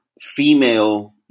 female